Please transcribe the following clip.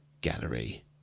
gallery